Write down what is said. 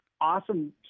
awesome